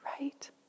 right